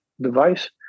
device